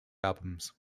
albums